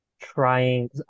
trying